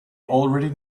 already